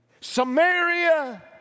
Samaria